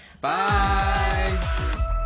Bye